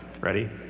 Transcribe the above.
Ready